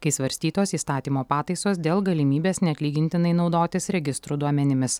kai svarstytos įstatymo pataisos dėl galimybės neatlygintinai naudotis registrų duomenimis